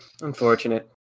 Unfortunate